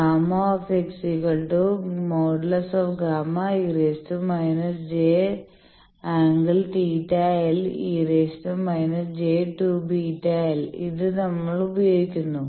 Γ |Γ |e− j∠θ L e− j 2 βl ഇത് നമ്മൾ ഉപയോഗിക്കുന്നു